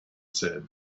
said